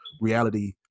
reality